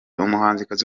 umuhanzikazi